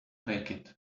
naked